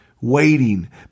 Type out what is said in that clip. waiting